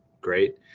great